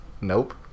Nope